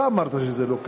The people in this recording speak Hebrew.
אתה אמרת שזה לא כלול.